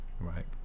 right